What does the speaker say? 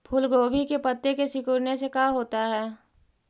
फूल गोभी के पत्ते के सिकुड़ने से का होता है?